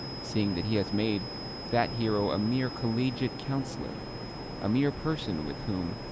seeing that he has made that hero a mere collegiate councillor a mere person with whom